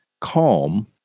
Calm